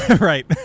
Right